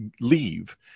leave